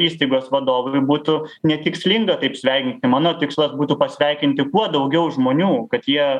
įstaigos vadovui būtų netikslinga taip sveikinti mano tikslas būtų pasveikinti kuo daugiau žmonių kad jie